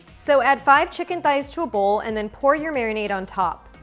so add five chicken thighs to a bowl, and then pour your marinade on top.